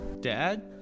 Dad